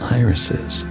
irises